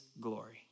glory